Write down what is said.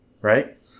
right